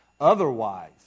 Otherwise